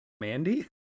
Mandy